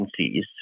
agencies